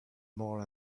more